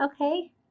Okay